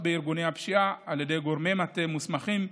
בארגוני הפשיעה על ידי גורמי מטה מוסמכים,